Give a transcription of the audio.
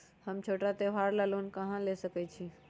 हम छोटा त्योहार ला लोन कहां से ले सकई छी?